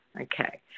Okay